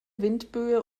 windböe